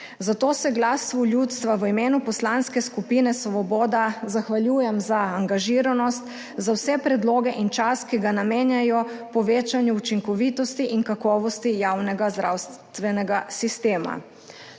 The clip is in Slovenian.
Zato se Glasu ljudstva v imenu Poslanske skupine Svoboda zahvaljujem za angažiranost, za vse predloge in čas, ki ga namenjajo povečanju učinkovitosti in kakovosti javnega zdravstvenega sistema.